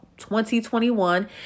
2021